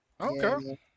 Okay